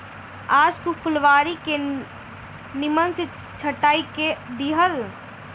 आज तू फुलवारी के निमन से छटाई कअ दिहअ